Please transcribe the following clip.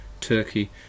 Turkey